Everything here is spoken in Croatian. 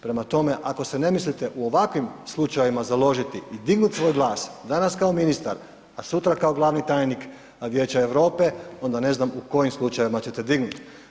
Prema tome, ako se ne mislite u ovakvim slučajevima založiti i dignut svoj glas, danas kao ministar, a sutra kao glavni tajnik Vijeća Europa, onda ne znam u kojim slučajevima ćete dignut.